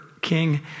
king